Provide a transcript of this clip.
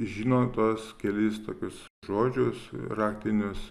žino tuos kelis tokius žodžius raktinius